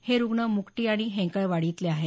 हे रुग्ण मुकटी आणि हेंकळवाडीतले आहेत